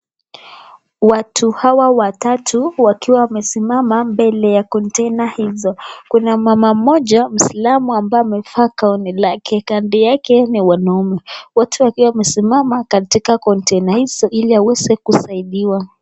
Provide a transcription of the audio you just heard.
Watu hawa watatu wakiwa wamesimama mbele ya kontena hizo, kuna mama mmoja muislamu ambaye amevaa gauni kake, kando yake ni wanaume wote wakiwa wamesimama katika kontena hizo ili aweze kusaidiwa.